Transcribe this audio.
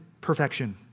perfection